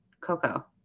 Coco